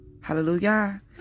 Hallelujah